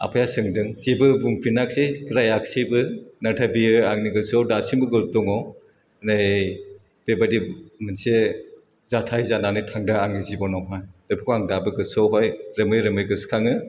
आफाया सोंदों जेबो बुंफिनाख्सै रायाख्सैबो नाथाय बेयो आंनि गोसोआव दासिमबो गो दङ नै बेबायदि मोनसे जाथाय जानानै थांदों आंनि जिब'नावहाय बेखौ आं दाबो गोसोआवहाय रोमै रोमै गोसोखाङो